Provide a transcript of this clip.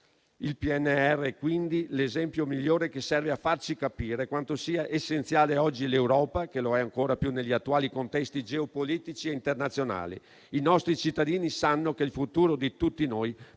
Il PNRR, quindi, è l'esempio migliore che serve a farci capire quanto sia essenziale oggi l'Europa e che lo è ancora più negli attuali contesti geopolitici e internazionali. I nostri cittadini sanno che il futuro di tutti noi